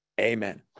Amen